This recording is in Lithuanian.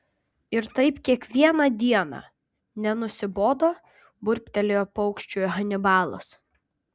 ir taip kiekvieną dieną nenusibodo burbtelėjo paukščiui hanibalas